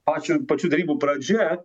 pačio pačių derybų pradžia